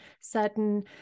certain